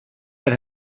that